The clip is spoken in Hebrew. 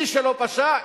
מי שלא פשע,